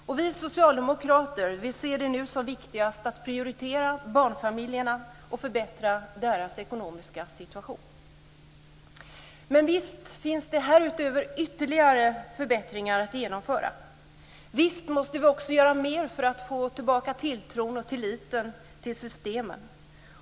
Och vi socialdemokrater ser det nu som viktigast att prioritera barnfamiljerna och förbättra deras ekonomiska situation. Men visst finns det härutöver ytterligare förbättringar att genomföra. Visst måste vi göra mer för att få tillbaka tilltron och tilliten till systemen.